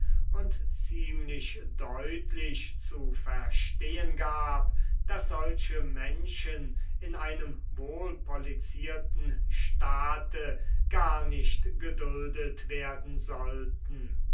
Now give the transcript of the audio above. und ziemlich deutlich zu verstehen gab daß solche menschen in einem wohlpolizierten staat gar nicht geduldet werden sollten